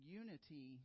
unity